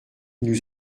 nous